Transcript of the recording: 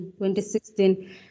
2016